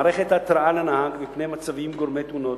מערכת התרעה לנהג מפני מצבים גורמי תאונות,